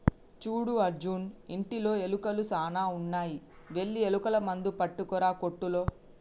సూడు అర్జున్ ఇంటిలో ఎలుకలు సాన ఉన్నాయి వెళ్లి ఎలుకల మందు పట్టుకురా కోట్టులో